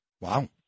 Wow